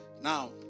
Now